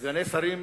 וסגני שרים,